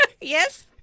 Yes